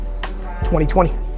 2020